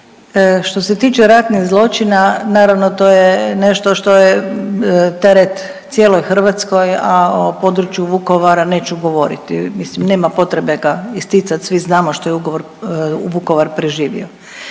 Što se tiče ratnih zločina naravno to je nešto što je teret cijeloj Hrvatskoj, a o području Vukovara neću govoriti, mislim nema potrebe ga isticati svi znamo što je Vukovar preživio.